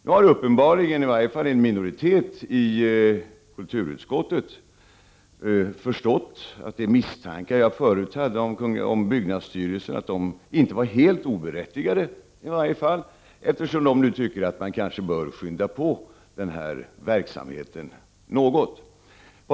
Nu har uppenbarligen i varje fall en minoritet i kulturutskottet förstått att de misstankar som jag förut hade beträffande byggnadsstyrelsen inte var helt oberättigade, eftersom man tycker att man bör skynda på verksamheten.